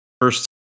First